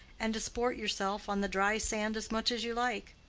and disport yourself on the dry sand as much as you like.